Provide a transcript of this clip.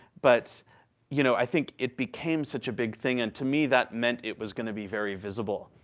but you know i think it became such a big thing, and to me that meant it was going to be very visible.